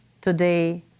today